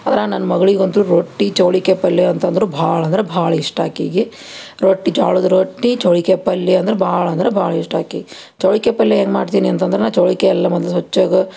ಆದ್ರೆ ನನ್ನ ಮಗಲಿಗಂತು ರೊಟ್ಟಿ ಚೌಳಿಕಾಯಿ ಪಲ್ಯ ಅಂತಂದ್ರೆ ಭಾಳ ಅಂದ್ರೆ ಭಾಳ ಇಷ್ಟ ಆಕೆಗೆ ರೊಟ್ಟಿ ಜೋಳದ ರೊಟ್ಟಿ ಚೌಳಿಕಾಯಿ ಪಲ್ಯ ಅಂದ್ರೆ ಭಾಳ ಅಂದ್ರೆ ಭಾಳ ಇಷ್ಟ ಆಕಿಗೆ ಚೌಳಿಕಾಯಿ ಪಲ್ಯ ಹೆಂಗೆ ಮಾಡ್ತೀನಿ ಅಂತಂದ್ರೆ ನಾ ಚೌಳಿಕಾಯಿ ಎಲ್ಲ ಮೊದ್ಲು ಸ್ವಚ್ಛಾಗ